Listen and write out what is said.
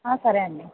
సరే అండి